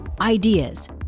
Ideas